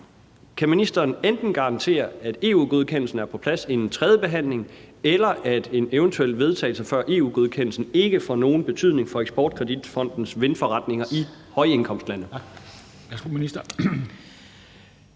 kan ministeren enten garantere, at EU-godkendelsen er på plads inden tredjebehandlingen, eller at en eventuel vedtagelse før EU-godkendelsen ikke får nogen betydning for Eksportkreditfondens vindforretninger i højindkomstlande?